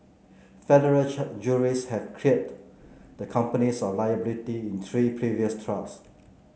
federal juries have cleared the companies of liability in three previous trials